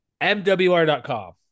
MWR.com